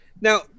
Now